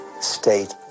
state